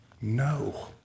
No